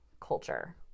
culture